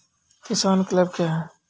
किसान क्लब क्या हैं?